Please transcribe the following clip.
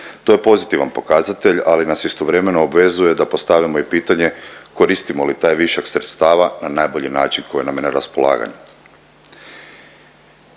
To je pozitivan pokazatelj, ali nas istovremeno obvezuje da postavljamo i pitanje koristimo li taj višak sredstava na najbolji način koji nam je na raspolaganju.